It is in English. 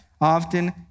often